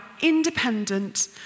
independent